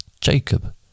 Jacob